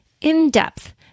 In-depth